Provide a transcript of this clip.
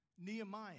Nehemiah